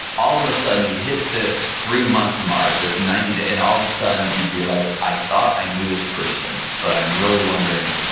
all of a sudden you hit this three month mark, this ninety day, and all of a sudden you'd be like, i thought i knew this person, but i'm really wondering,